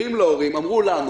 אמרו לנו,